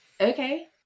okay